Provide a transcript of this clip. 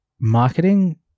marketing